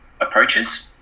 approaches